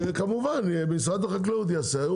וכמובן משרד החקלאות יעשה את זה,